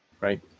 right